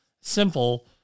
simple